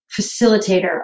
facilitator